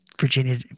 Virginia